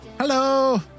Hello